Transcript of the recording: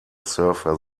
surfer